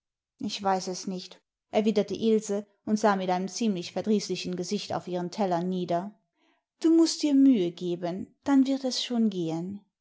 ich weiß es nicht erwiderte ilse und sah mit einem ziemlich verdrießlichen gesicht auf ihren teller nieder du mußt dir mühe geben dann wird es schon gehen